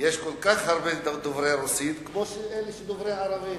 יש כל כך הרבה דוברי רוסית, כמו דוברי ערבית.